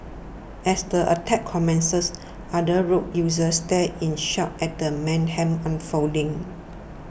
as the attack commences other road users stared in shock at the mayhem unfolding